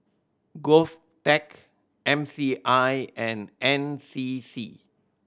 GovTech M C I and N C C